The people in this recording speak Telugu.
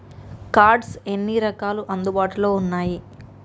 కార్డ్స్ ఎన్ని రకాలు అందుబాటులో ఉన్నయి?